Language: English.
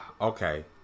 Okay